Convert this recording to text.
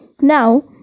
Now